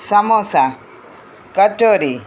samosa kachori